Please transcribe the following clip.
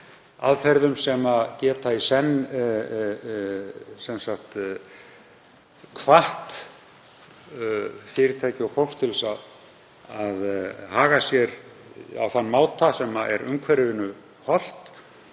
aðferðum sem geta í senn hvatt fyrirtæki og fólk til að haga sér á þann máta sem er umhverfinu hollt